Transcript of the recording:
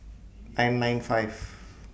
nine nine five